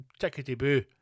tickety-boo